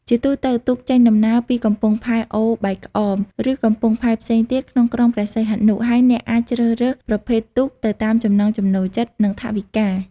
ជាទូទៅ ទូកចេញដំណើរពីកំពង់ផែអូបែកក្អម ឬកំពង់ផែផ្សេងទៀតក្នុងក្រុងព្រះសីហនុ ហើយអ្នកអាចជ្រើសរើសប្រភេទទូកទៅតាមចំណង់ចំណូលចិត្ត និងថវិកា។